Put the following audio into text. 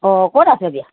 অঁ ক'ত আছে এতিয়া